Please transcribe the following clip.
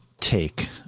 take